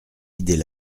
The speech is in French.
idées